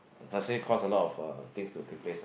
actually cost a lot of uh things to take place ah